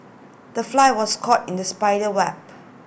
the fly was caught in the spider web